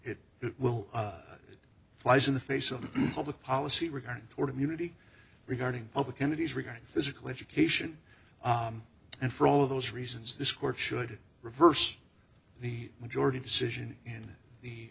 it it will it flies in the face of the public policy regarding toward immunity regarding public entities regarding physical education and for all of those reasons this court should reverse the majority decision in the